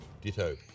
Ditto